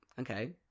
okay